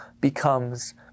becomes